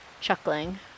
chuckling